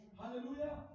Hallelujah